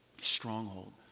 Stronghold